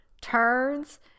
turns